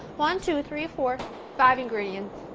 one two three four five ingredients.